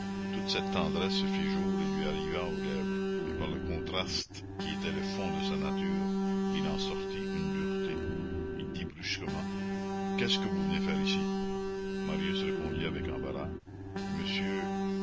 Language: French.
toute cette tendresse se fit jour et lui arriva aux lèvres et par le contraste qui était le fond de sa nature il en sortit une dureté il dit brusquement qu'est-ce que vous venez faire ici marius répondit avec embarras monsieur